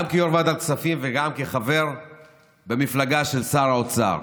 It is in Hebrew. גם כיו"ר ועדת הכספים וגם כחבר במפלגה של שר האוצר: